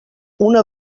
una